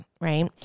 right